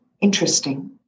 Interesting